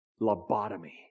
Lobotomy